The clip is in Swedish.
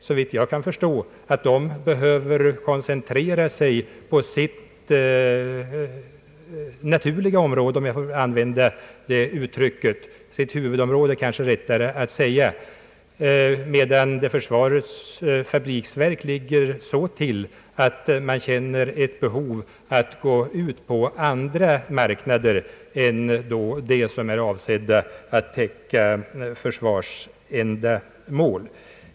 Såvitt jag kan förstå behöver Volvo i dagens läge koncentrera sig på sitt huvudområde, medan försvarets fabriksverk känner ett behov av att gå ut på andra marknader än sådana som är avsedda att täcka försvarsändamål.